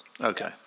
Okay